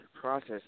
process